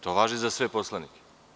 To važi za sve poslanike.